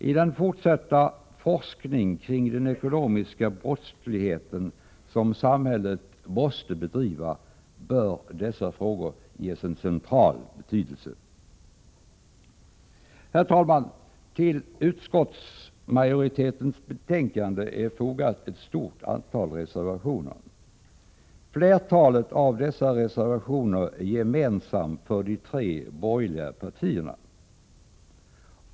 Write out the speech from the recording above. I den fortsatta forskning kring den ekonomiska brottsligheten som samhället måste bedriva bör dessa frågor ges en central ställning. Herr talman! Till utskottsmajoritetens betänkande är fogat ett stort antal reservationer. Flertalet av dessa reservationer är gemensamma för tre borgerliga partierna.